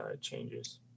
changes